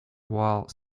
while